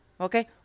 okay